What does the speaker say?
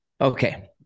Okay